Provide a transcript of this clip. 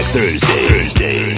Thursday